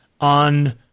on